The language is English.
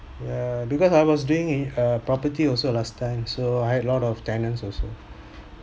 yeah because I was doing a property also last time so I had a lot of tenants also